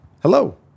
hello